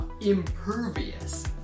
impervious